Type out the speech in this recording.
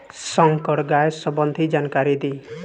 संकर गाय सबंधी जानकारी दी?